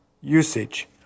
usage